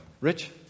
Rich